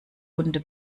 runde